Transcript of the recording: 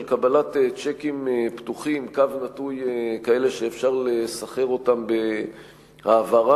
של קבלת צ'קים פתוחים / כאלה שאפשר לסחר אותם בהעברה,